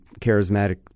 charismatic